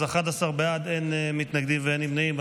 11 בעד, אין מתנגדים ואין נמנעים.